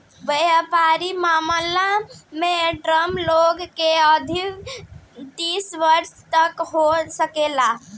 वयपारिक मामलन में टर्म लोन के अवधि तीस वर्ष तक हो सकेला